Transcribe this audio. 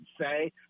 say